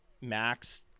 Max